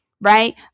right